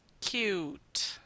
cute